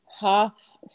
half